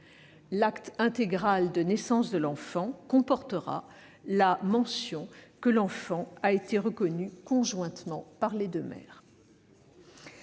L'acte intégral de naissance de l'enfant comportera la mention qu'il a été reconnu conjointement par les deux mères.